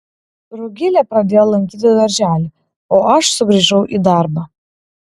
rugilė pradėjo lankyti darželį o aš sugrįžau į darbą